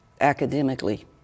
academically